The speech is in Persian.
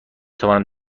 توانم